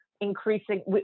increasing